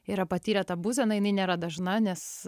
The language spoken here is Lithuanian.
yra patyrę tą būseną jinai nėra dažna nes